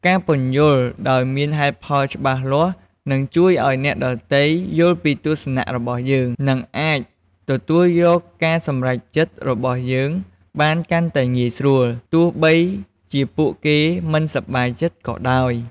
ការពន្យល់ដោយមានហេតុផលច្បាស់លាស់ នឹងជួយឲ្យអ្នកដទៃយល់ពីទស្សនៈរបស់យើង និងអាចទទួលយកការសម្រេចចិត្តរបស់យើងបានកាន់តែងាយស្រួល ទោះបីជាពួកគេមិនសប្បាយចិត្តក៏ដោយ។